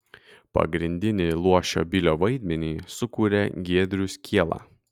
pagrindinį luošio bilio vaidmenį sukūrė giedrius kiela